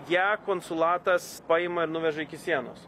ją konsulatas paima ir nuveža iki sienos